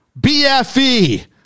bfe